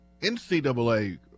NCAA